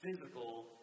physical